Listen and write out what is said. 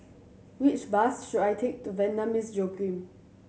which bus should I take to Vanda Miss Joaquim